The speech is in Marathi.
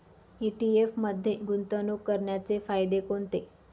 ई.टी.एफ मध्ये गुंतवणूक करण्याचे फायदे कोणते?